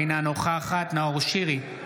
אינה נוכחת נאור שירי,